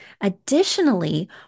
Additionally